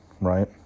right